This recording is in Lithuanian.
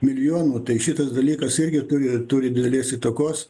milijonų tai šitas dalykas irgi turi turi didelės įtakos